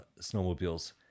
snowmobiles